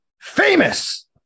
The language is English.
famous